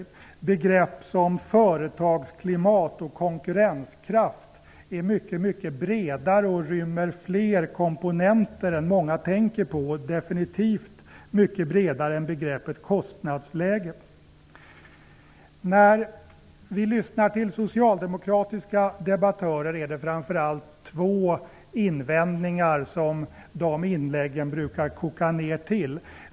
Begrepp som företagsklimat och konkurrenskraft är mycket bredare och rymmer fler komponenter än många tänker på. De är definitivt mycket bredare än begreppet kostnadsläge. När vi lyssnar till socialdemokratiska debattörer är det framför allt två invändningar som de inläggen brukar koka ner till.